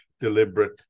deliberate